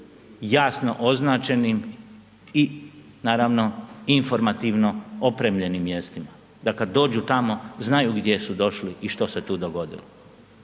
jasno označenim i naravno, informativno opremljenim mjestima. Da kad dođu tamo, znaju gdje su došli i što se tu dogodilo.